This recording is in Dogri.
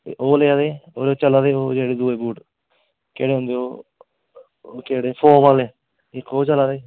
ओह् लेआ दे ओह् चला दे जेह्ड़े दूए बूट केह्ड़े होंदे ओह् केह्ड़े फोम आह्ले इक ओह् चला दे